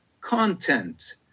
content